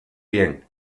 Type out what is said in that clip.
bien